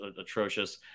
atrocious